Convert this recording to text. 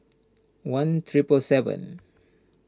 one triple seven